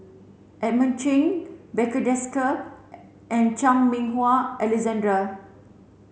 Edmund Chen Barry Desker and Chan Meng Wah Alexander